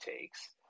takes